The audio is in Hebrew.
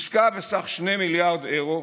עסקה בסך 2 מיליארד אירו,